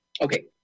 Okay